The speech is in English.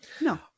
no